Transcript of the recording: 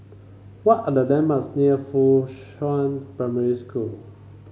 what are the landmarks near Fuchun Primary School